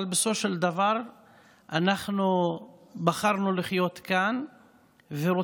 אבל בסופו של דבר אנחנו בחרנו לחיות כאן ורוצים